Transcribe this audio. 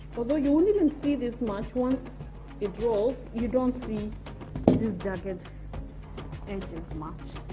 although you won't even see this much, once it rolls you don't see this jagged edges much.